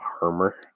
armor